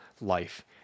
Life